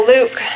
Luke